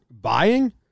buying